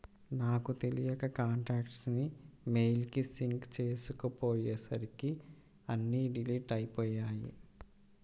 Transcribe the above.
నాకు తెలియక కాంటాక్ట్స్ ని మెయిల్ కి సింక్ చేసుకోపొయ్యేసరికి అన్నీ డిలీట్ అయ్యిపొయ్యాయి